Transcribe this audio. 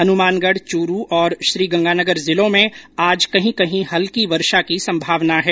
हनुमानगढ चूरू और श्रीगंगानगर जिलों में आज कहीं कहीं हल्की वर्षा की संभावना है